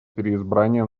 переизбрание